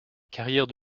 carrière